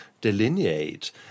delineate